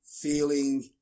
feeling